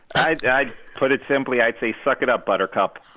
i'd i'd put it simply. i'd say suck it up, buttercup